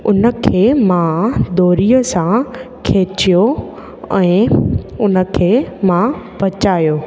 हुनखे मां दोरीअ सां खिचियो ऐं हुनखे मां बचायो